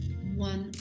one